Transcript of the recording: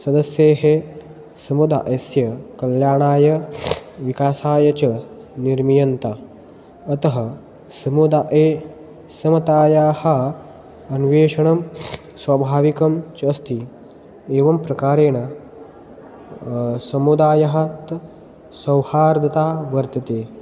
सदस्ये समुदायस्य कल्याणाय विकासाय च निर्मीयन्ते अतः समुदाये समतायाः अन्वेषणं स्वभाविकं च अस्ति एवं प्रकारेण समुदायात् सौहार्दता वर्धते